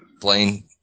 Blaine